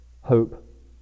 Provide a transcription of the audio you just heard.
hope